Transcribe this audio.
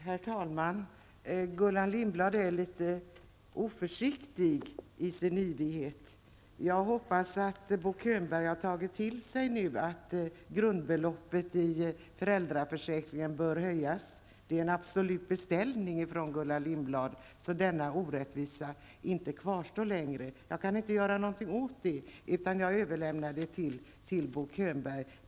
Herr talman! Gullan Lindblad är litet oförsiktig i sin yvighet. Jag hoppas att Bo Könberg nu har tagit till sig att grundbeloppet i föräldraförsäkringen bör höjas så att denna orättvisa inte kvarstår längre. Det är en absolut beställning från Gullan Lindblad. Jag kan inte göra någonting åt det, utan jag överlämnar detta med varm hand åt Bo Könberg.